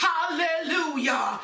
Hallelujah